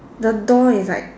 the door is like